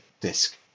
disk